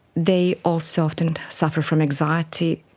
they also often suffer from anxiety,